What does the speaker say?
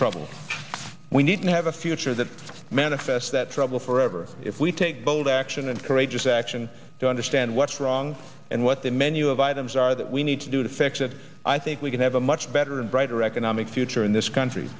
trouble we need to have a future that manifests that trouble forever if we take bold action and courageous action to understand what's wrong and what the menu of items are that we need to do to fix it i think we can have a much better and brighter economic future in this country